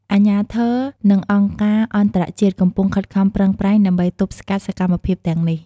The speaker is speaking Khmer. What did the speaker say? អាជ្ញាធរ និងអង្គការអន្តរជាតិកំពុងខិតខំប្រឹងប្រែងដើម្បីទប់ស្កាត់សកម្មភាពទាំងនេះ។